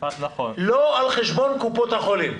לא על חשבון קופות החולים.